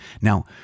Now